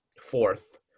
fourth